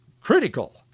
critical